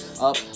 up